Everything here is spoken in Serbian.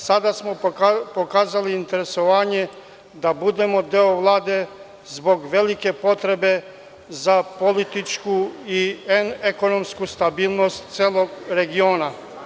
Sada smo pokazali interesovanje da budemo deo Vlade zbog velike potrebe za političku i ekonomsku stabilnost celog regiona.